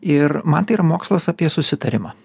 ir man tai yra mokslas apie susitarimą